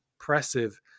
impressive